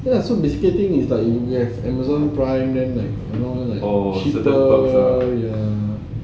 so basically it's like amazon prime then like you know ya